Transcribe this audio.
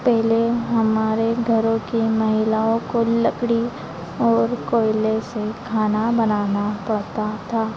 पहले हमारे घरों की महिलाओं को लकड़ी और कोयले से खाना बनाना पड़ता था